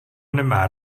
nemá